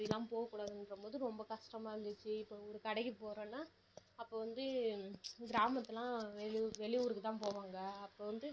அப்படிலாம் போகக்கூடாதுன்ற போது ரொம்ப கஷ்டமாக இருந்துச்சு இப்போ ஒரு கடைக்கு போகிறோம்னா அப்போ வந்து கிராமத்திலலாம் வெளி வெளி ஊருக்கு தான் போவாங்க அப்போ வந்து